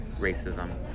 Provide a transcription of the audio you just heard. racism